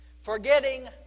forgetting